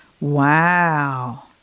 Wow